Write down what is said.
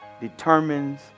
determines